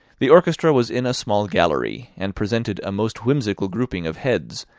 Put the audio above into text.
the orchestra was in a small gallery, and presented a most whimsical grouping of heads,